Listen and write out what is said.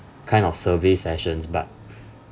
kind of surveys sessions but